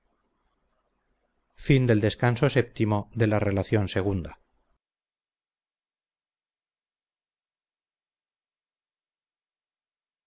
a la relación